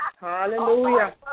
Hallelujah